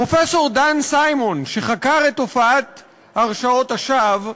פרופסור דן סיימון, שחקר את תופעת הרשעות השווא,